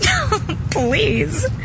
Please